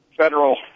Federal